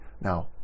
Now